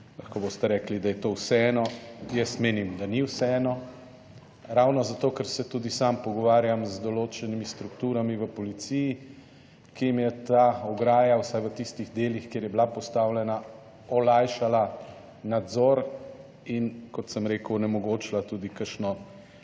lahko boste rekli, da je to vseeno, jaz menim, da ni vseeno, ravno zato, ker se tudi sam pogovarjam z določenimi strukturami v policiji, ki jim je ta ograja, vsaj v tistih delih, kjer je bila postavljena, olajšala nadzor in kot sem rekel, onemogočila tudi kakšno